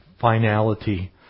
finality